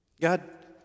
God